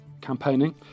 campaigning